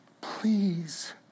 please